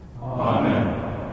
Amen